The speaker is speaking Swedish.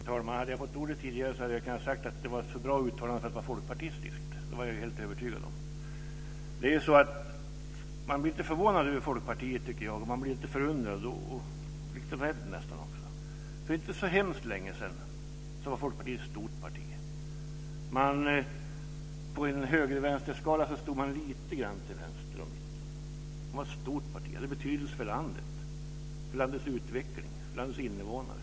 Fru talman! Hade jag fått ordet tidigare så hade jag kunnat säga att det var ett för bra uttalande för att vara folkpartistiskt. Det var jag helt övertygad om. Man blir lite förvånad och förundrad över Folkpartiet, och nästan lite rädd också. För inte så hemskt länge sedan var Folkpartiet ett stort parti. På en höger-vänster-skala stod det lite grann till vänster om mitten. Det var ett stort parti, som hade betydelse för landet och för dess utveckling och invånare.